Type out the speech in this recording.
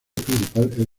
principal